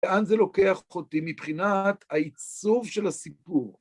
לאן זה לוקח אותי מבחינת העיצוב של הסיפור.